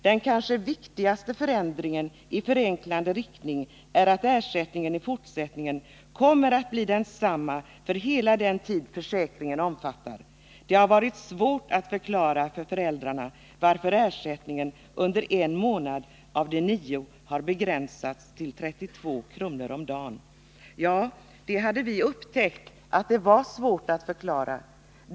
Den kanske viktigaste förändringen i förenklande riktning är att ersättningen i fortsättningen kommer att bli densamma för hela den tid försäkringen omfattar. Det har varit svårt att förklara för föräldrarna varför ersättningen under en månad av de nio har begränsats till 32 kr. per dag.” Ja, det hade vi upptäckt — det var svårt att förklara.